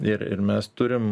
ir ir mes turim